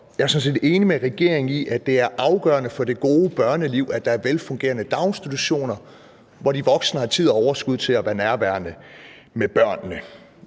Jeg er sådan set enig med regeringen i, at det er afgørende for det gode børneliv, at der er velfungerende daginstitutioner, hvor de voksne har tid og overskud til at være nærværende sammen med børnene,